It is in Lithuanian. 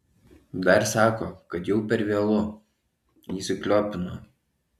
dar sako kad jau per vėlu įsikliopino